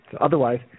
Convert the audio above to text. Otherwise